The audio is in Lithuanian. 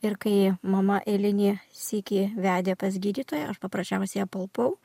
ir kai mama eilinį sykį vedė pas gydytoją aš paprasčiausiai apalpau